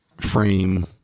frame